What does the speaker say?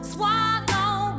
Swallow